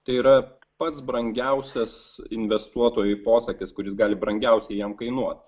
tai yra pats brangiausias investuotojų posakis kuris gali brangiausiai jam kainuot